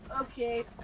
Okay